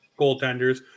goaltenders